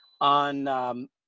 on